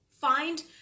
find